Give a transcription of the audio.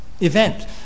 event